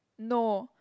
no